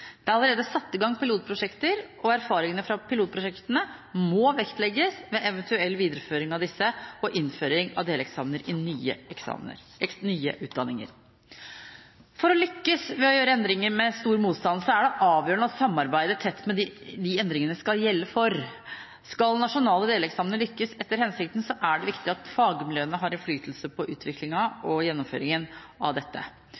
Det er allerede satt i gang pilotprosjekter, og erfaringene fra pilotprosjektene må vektlegges ved eventuell videreføring av disse og innføring av deleksamen i nye utdanninger. For å lykkes med å gjøre endringer med stor motstand er det avgjørende å samarbeide tett med dem endringene skal gjelde for. Skal nasjonale deleksamener lykkes etter hensikten, er det viktig at fagmiljøene har innflytelse på utviklingen og gjennomføringen av dette.